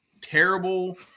terrible